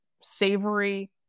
savory